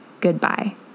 Goodbye